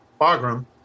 Bagram